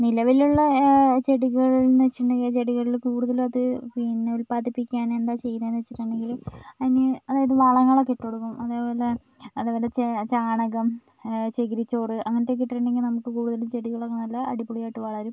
നിലവിലുള്ള ചെടികൾ എന്ന് വെച്ചിട്ടുണ്ടെങ്കിൽ ചെടികളിൽ കൂടുതലും അത് പിന്നെ ഉൽപാദിപ്പിക്കാൻ എന്താണ് ചെയ്യുന്നത് എന്ന് വെച്ചിട്ടുണ്ടെങ്കിൽ അതിന് അതായത് വളങ്ങൾ ഒക്കെ ഇട്ടുകൊടുക്കും അതേപോലേ ചെ ചാണകം ചകിരിച്ചോറ് അങ്ങനെത്തെയൊക്കെ ഇട്ടിട്ടുണ്ടെങ്കിൽ നമുക്ക് കൂടുതൽ ചെടികൾ നല്ല അടിപൊളിയായിട്ട് വളരും